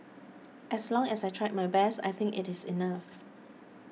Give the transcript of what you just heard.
as long as I tried my best I think it is enough